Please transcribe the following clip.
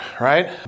right